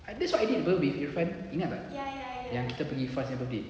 apa with irfan ingat tak yang kita pergi faz nya birthday